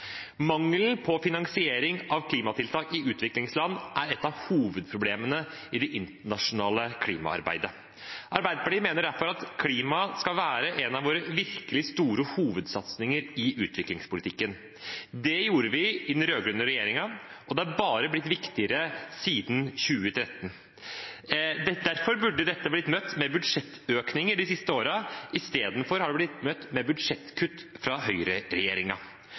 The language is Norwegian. Mangelen på finansiering av klimatiltak i utviklingsland er et av hovedproblemene i det internasjonale klimaarbeidet. Arbeiderpartiet mener derfor at klima skal være en av våre virkelig store hovedsatsinger i utviklingspolitikken. Det gjorde vi i den rød-grønne regjeringen, og det har blitt bare viktigere siden 2013. Derfor burde dette ha blitt møtt med budsjettøkninger de siste årene – istedenfor har det blitt møtt med budsjettkutt fra